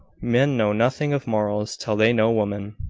men know nothing of morals till they know women.